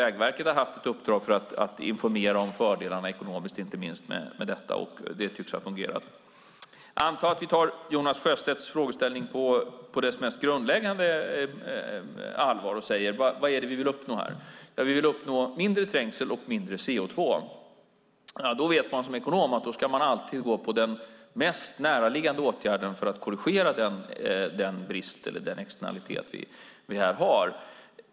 Vägverket har haft i uppdrag att informera om fördelarna, inte minst de ekonomiska, med detta. Det tycks ha fungerat. Låt oss anta att vi tar Jonas Sjöstedts fundering på allvar och säger: Vad är det vi vill uppnå här? Ja, vi vill uppnå mindre trängsel och mindre CO2. Som ekonom vet man att man alltid ska gå på den mest näraliggande åtgärden för att korrigera den brist eller den externalitet vi har här.